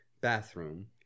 bathroom